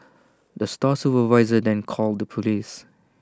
the store supervisor then called the Police